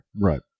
right